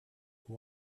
who